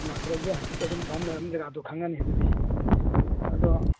ꯂꯥꯛꯇ꯭ꯔꯁꯨ ꯍꯥꯏꯐꯦꯠꯇ ꯑꯗꯨꯝ ꯖꯒꯥꯗꯣ ꯈꯪꯉꯅꯤ ꯑꯗꯨꯗꯤ ꯑꯗꯣ